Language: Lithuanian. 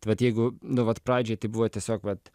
vat jeigu nu vat pradžioj tai buvo tiesiog vat